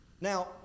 Now